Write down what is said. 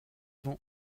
bon